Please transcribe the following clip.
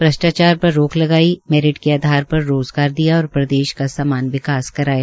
भ्रष्टाचार पर रोक लगाई मैरिट के आधार पर रोज़गार दिया और प्रदेश का समान विकास कराया